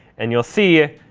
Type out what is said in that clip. and you'll see,